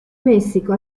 messico